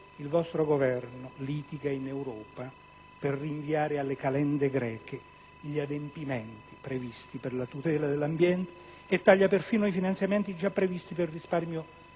il vostro Governo litiga in Europa per rinviare alle calende greche gli adempimenti previsti per la tutela dell'ambiente e taglia perfino i finanziamenti già previsti per il risparmio